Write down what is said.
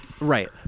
right